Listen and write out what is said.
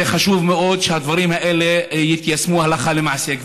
זה חשוב מאוד שהדברים האלה ייושמו הלכה למעשה.